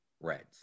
Reds